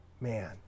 man